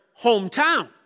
hometown